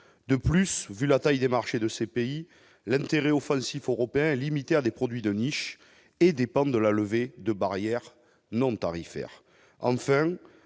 de plus, vu la taille des marchés de ces pays, l'intérêt offensif or OPL à des produits de niche et dépendent de la levée de barrières non tarifaires